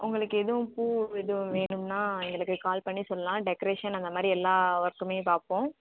உங்களுக்கு எதுவும் பூ எதுவும் வேணும்னா எனக்கு கால் பண்ணி சொல்லலாம் டெக்கரேஷன் அது மாதிரி எல்லா ஒர்க்கும் பார்ப்போம்